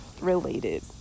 related